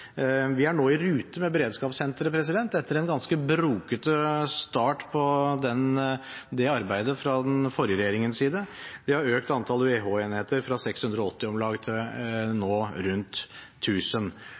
Vi er nå i rute med beredskapssenteret etter en ganske brokete start på det arbeidet fra den forrige regjeringens side. Vi har økt antallet UEH-enheter fra 680 til